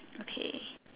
okay